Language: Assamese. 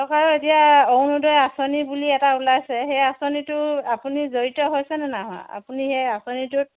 চৰকাৰে এতিয়া অৰুণোদয় আঁচনি বুলি এটা ওলাইছে সেই আঁচনিটো আপুনি জড়িত হৈছেনে নাই হোৱা আপুনি সেই আঁচনিটোত